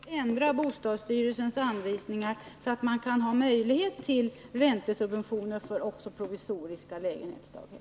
Herr talman! Är det så krångligt att ändra bostadsstyrelsens anvisningar, så att det kan finnas möjlighet till räntesubventioner också för provisoriska lägenhetsdaghem?